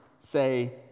say